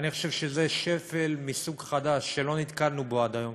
אני חושב שזה שפל מסוג חדש שלא נתקלנו בו עד היום.